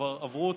כבר עברו אותנו.